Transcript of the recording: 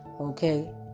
Okay